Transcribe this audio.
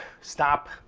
stop